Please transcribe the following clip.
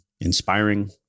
inspiring